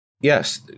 Yes